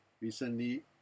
recently